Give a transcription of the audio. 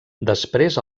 després